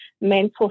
mental